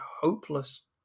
hopeless